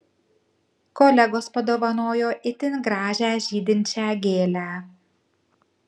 kolegos padovanojo itin gražią žydinčią gėlę